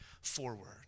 forward